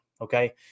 okay